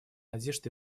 надежд